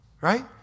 right